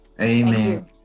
amen